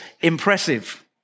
impressive